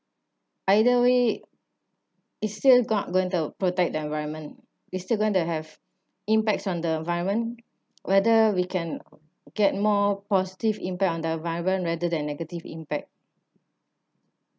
either way it still not going to protect the environment it's still going to have impacts on the environment whether we can get more positive impact on the environment rather than negative impact